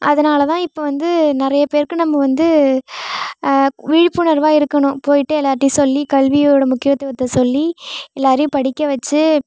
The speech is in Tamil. அதனால்தான் இப்போ வந்து நிறைய பேருக்கு நம்ம வந்து விழிப்புணர்வாக இருக்கணும் போய்விட்டு எல்லாேர்ட்டையும் சொல்லி கல்வியோட முக்கியத்துவத்தை சொல்லி எல்லாேரையும் படிக்க வைச்சு